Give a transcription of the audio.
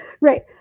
Right